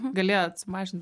galėjot sumažint